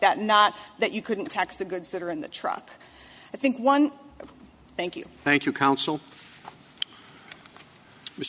that not that you couldn't tax the goods that are in the truck i think one thank you thank you coun